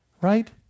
Right